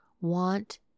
want